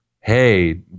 Hey